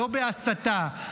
לא בהסתה,